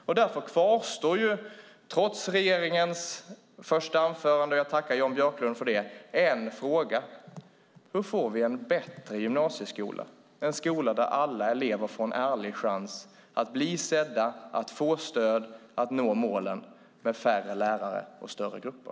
Trots regeringens svar, som jag tackar Jan Björklund för, kvarstår en fråga: Hur får vi en bättre gymnasieskola där alla elever får en ärlig chans att bli sedda, att få stöd och att nå målen med färre lärare och större grupper?